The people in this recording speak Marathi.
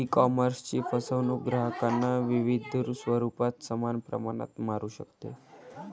ईकॉमर्सची फसवणूक ग्राहकांना विविध स्वरूपात समान प्रमाणात मारू शकते